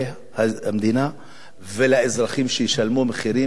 ולאזרחים שישלמו מחירים על ירקות.